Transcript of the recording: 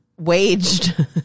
waged